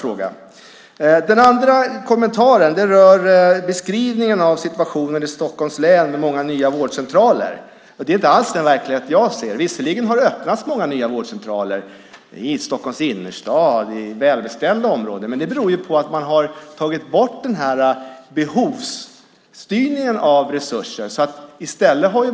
Sedan har jag en kommentar som rör beskrivningen av situationen i Stockholms län med många nya vårdcentraler. Det är inte alls den verklighet jag ser. Visserligen har det öppnats många nya vårdcentraler i Stockholms innerstad, i välbeställda områden, men det beror på att man har tagit bort behovsstyrningen av resurser.